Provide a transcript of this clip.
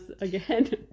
again